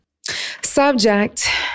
Subject